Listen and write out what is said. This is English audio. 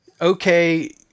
Okay